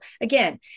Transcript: again